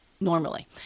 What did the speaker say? normally